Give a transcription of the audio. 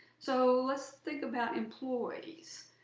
so let's think about employees.